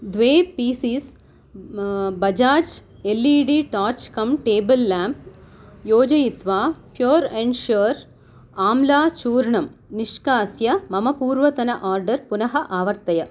द्वे P Cs Bajaj L E D torch cum table lamp योजयित्वा pure and sure आल्मा चूर्णं निष्कास्य मम पूर्वतन आर्डर् पुनः आवर्तय